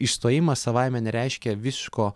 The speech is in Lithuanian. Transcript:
išstojimas savaime nereiškia visiško